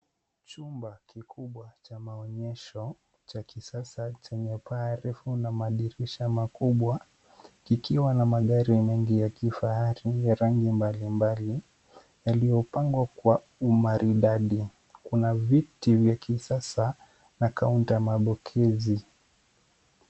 Chumba kikubwa cha maonyesho cha kisasa chenye paa refu na madirisha kubwa kikiwa na magari mengi ya kifahari ya rangi mbalimbali yaliyopangwa kwa umaridadi. Kuna viti vya kisasa na kaunta mabokisi.